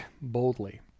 boldly